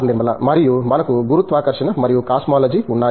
నిర్మలా మరియు మనకు గురుత్వాకర్షణ మరియు కాస్మోలజీ ఉన్నాయి